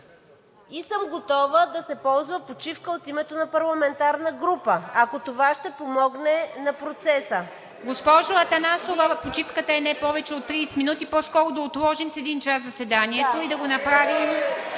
съм готова да се ползва почивка от името на парламентарна група, ако това ще помогне на процеса. ПРЕДСЕДАТЕЛ ИВА МИТЕВА: Госпожо Атанасова, почивката е не повече от 30 минути. По-скоро да отложим с един час заседанието и да го направим…